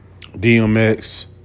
DMX